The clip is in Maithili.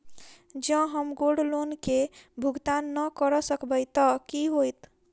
जँ हम गोल्ड लोन केँ भुगतान न करऽ सकबै तऽ की होत?